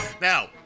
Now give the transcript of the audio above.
now